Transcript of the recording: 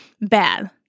bad